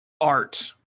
art